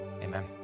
Amen